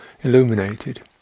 illuminated